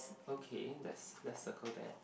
okay let's let's circle that